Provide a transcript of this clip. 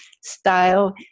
style